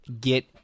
Get